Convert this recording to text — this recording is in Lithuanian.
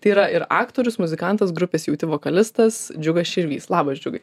tai yra ir aktorius muzikantas grupės jauti vokalistas džiugas širvys labas džiugai